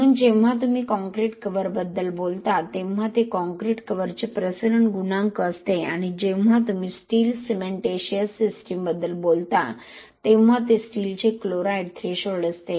म्हणून जेव्हा तुम्ही काँक्रीट कव्हरबद्दल बोलता तेव्हा ते कॉंक्रिट कव्हरचे प्रसरण गुणांक असते आणि जेव्हा तुम्ही स्टील सिमेंटिशियस सिस्टमबद्दल बोलता तेव्हा ते स्टीलचे क्लोराईड थ्रेशोल्ड असते